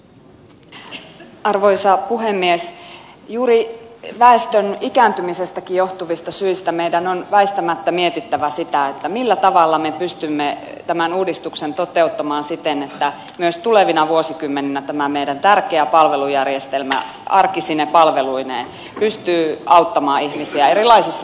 juuri väestön ikääntymisestäkin johtuvista syistä meidän on väistämättä mietittävä sitä millä tavalla me pystymme tämän uudistuksen toteuttamaan siten että myös tulevina vuosikymmeninä tämä meidän tärkeä palvelujärjestelmämme arkisine palveluineen pystyy auttamaan ihmisiä erilaisissa tilanteissa